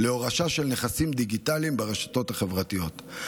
להורשה של נכסים דיגיטליים ברשתות החברתיות.